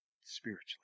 spiritually